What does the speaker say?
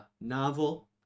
novel